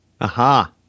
Aha